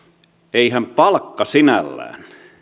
eihän palkka sinällään